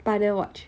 but I never watch